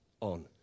on